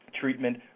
treatment